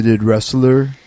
wrestler